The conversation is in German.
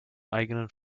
eigenen